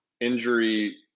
injury